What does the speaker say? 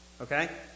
Okay